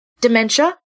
dementia